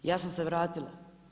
Ja sam se vratila.